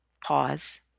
pause